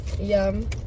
Yum